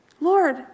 Lord